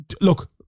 look